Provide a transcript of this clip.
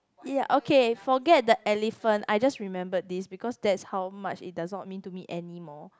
ya okay forget the elephant I just remembered this because that's how much it does not mean to me anymore